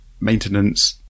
maintenance